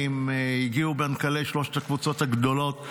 הגיעו מנכ"לי שלוש הקבוצות הגדולות,